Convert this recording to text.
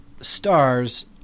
stars